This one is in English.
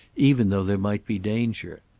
even though there might be danger.